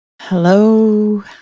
Hello